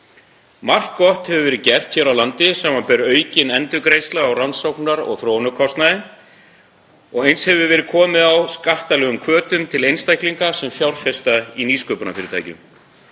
Margt gott hefur verið gert hér á landi, samanber aukna endurgreiðslu á rannsóknar- og þróunarkostnaði og eins hefur verið komið á skattalegum hvötum til einstaklinga sem fjárfesta í nýsköpunarfyrirtækjum.